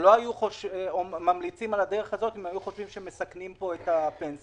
אנחנו מביאים את התקנות לכנסת כדי לדון ולקבל בהן החלטה,